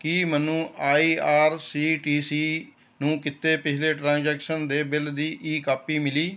ਕੀ ਮੈਨੂੰ I R C T C ਨੂੰ ਕੀਤੇ ਪਿਛਲੇ ਟ੍ਰਾਂਜੈਕਸ਼ਨ ਦੇ ਬਿੱਲ ਦੀ ਈ ਕਾਪੀ ਮਿਲੀ